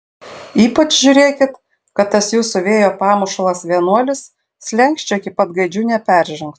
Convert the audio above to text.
ypač žiūrėkit kad tas jūsų vėjo pamušalas vienuolis slenksčio iki pat gaidžių neperžengtų